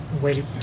Wait